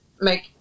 make